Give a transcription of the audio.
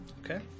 Okay